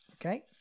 Okay